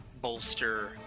bolster